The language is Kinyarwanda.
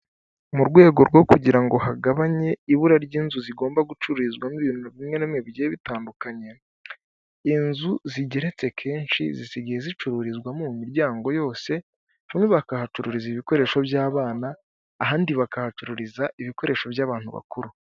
Mu rwego rwo kugira ngo hagabanye ibura ry'inzu zigomba gucururizwamo ibintu bimwe namwe bigiye bitandukanye inzu zigeretse kenshi zisigaye zicururizwamo mu miryango yose hamwe bakahacururiza ibikoresho by'abana ahandi bakahacururiza ibikoresho by'abantu bakuru